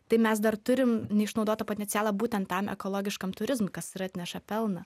tai mes dar turim neišnaudotą potencialą būtent tam ekologiškam turizmui kas ir atneša pelną